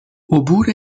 عبور